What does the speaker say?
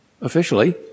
officially